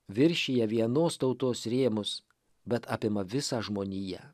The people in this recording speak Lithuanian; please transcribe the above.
viršija vienos tautos rėmus bet apima visą žmoniją